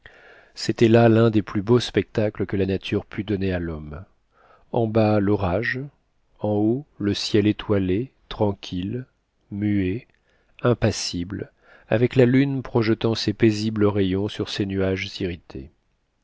c'était là l'un des plus beaux spectacles que la nature put donner à lhomme en bas l'orage en haut le ciel étoilé tranquille muet impassible avec la lune projetant ses paisibles rayons sur ces nuages irrités